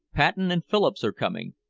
paton and phillips are coming.